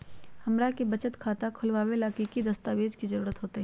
हमरा के बचत खाता खोलबाबे ला की की दस्तावेज के जरूरत होतई?